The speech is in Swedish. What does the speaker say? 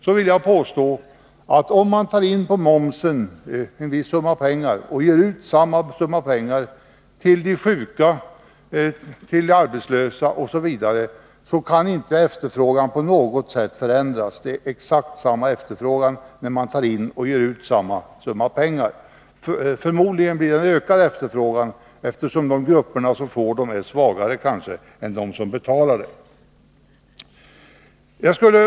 Jag vill påstå att om man tar in en viss summa pengar på momsen och sedan ger ut samma summa pengar till de sjuka, arbetslösa, osv., så kan inte efterfrågan på något sätt förändras. Det blir exakt samma efterfrågan, eftersom man tar in och ger ut samma summa pengar. Förmodligen blir det en ökad efterfrågan, eftersom de grupper som får ut pengarna är svagare än de som betalar dem.